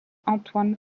antoine